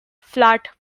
flat